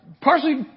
Partially